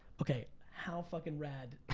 okay, how fucking rad,